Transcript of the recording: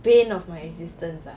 pain of my existence ah